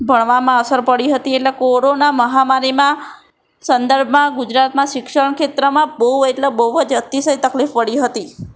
ભણવામાં અસર પડી હતી એટલે કોરોના મહામારીમાં સંદર્ભમાં ગુજરતમાં શિક્ષણ ક્ષેત્રમાં બહુ એટલે બહુ જ અતિસય તકલીફ પડી હતી